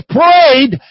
prayed